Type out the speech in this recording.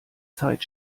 zeit